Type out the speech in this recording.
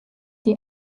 die